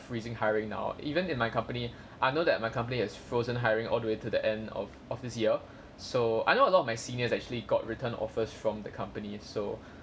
freezing hiring now even in my company I know that my company has frozen hiring all the way to the end of of this year so I know a lot of my seniors actually got written offers from the companies so